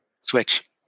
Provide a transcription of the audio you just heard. switch